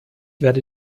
werde